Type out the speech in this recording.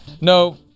no